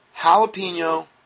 jalapeno